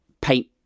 paint